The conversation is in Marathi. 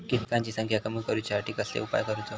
किटकांची संख्या कमी करुच्यासाठी कसलो उपाय करूचो?